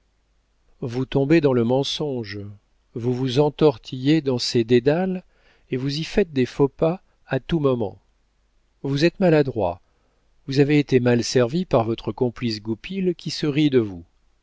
vous tombez dans le mensonge vous vous entortillez dans ses dédales et vous y faites des faux pas à tout moment vous êtes maladroit vous avez été mal servi par votre complice goupil qui se rit de vous